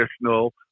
traditional